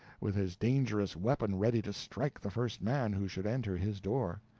with his dangerous weapon ready to strike the first man who should enter his door.